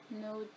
no